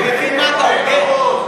אתה מבין מה אתה אומר?